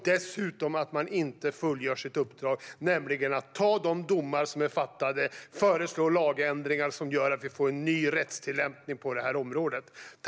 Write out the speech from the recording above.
Dessutom fullgör man inte sitt uppdrag att titta på de domar som är fattade och föreslå lagändringar som gör att vi får en ny rättstillämpning på området.